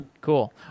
Cool